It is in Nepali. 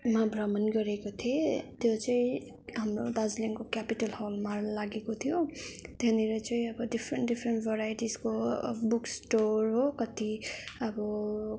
मा भ्रमण गरेको थिएँ त्यो चाहिँ हाम्रो दाजिलिङको क्यापिटल हलमा लागेको थियो त्यहाँनिर चाहिँ अब डिफरेन्ट डिफरेन्ट भराइटिजको बुक्स् स्टोर हो कति अब